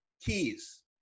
keys